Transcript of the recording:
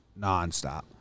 nonstop